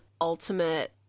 ultimate